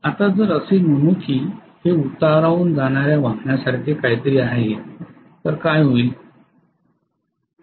आता जर असे म्हणू की हे उतारावरून जाणार्या वाहनासारखे काहीतरी आहे तर काय होईल